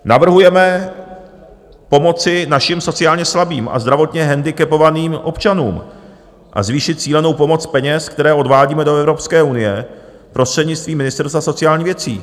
Navrhujeme pomoci našim sociálně slabým a zdravotně hendikepovaným občanům a zvýšit cílenou pomoc peněz, které odvádíme do Evropské unie prostřednictvím Ministerstva sociálních věcí.